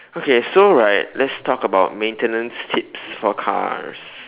okay so right let's talk about maintenance kits for cars